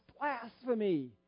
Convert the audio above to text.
blasphemy